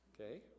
Okay